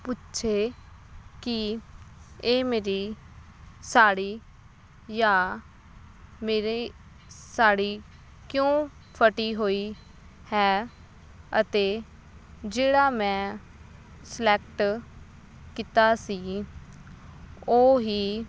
ਪੁੱਛੇ ਕਿ ਇਹ ਮੇਰੀ ਸਾੜੀ ਜਾਂ ਮੇਰੇ ਸਾੜੀ ਕਿਉਂ ਫਟੀ ਹੋਈ ਹੈ ਅਤੇ ਜਿਹੜਾ ਮੈਂ ਸਲੈਕਟ ਕੀਤਾ ਸੀ ਉਹ ਹੀ